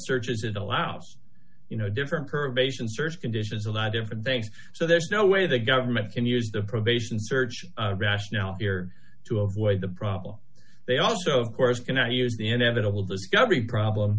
searches it allows you know different curvaceous search conditions allow different thanks so there's no way the government can use the probation search rationale here to avoid the problem they also of course cannot use the inevitable discovery problem